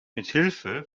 mithilfe